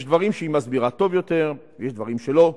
יש דברים שהיא מסבירה טוב יותר ויש דברים שלא,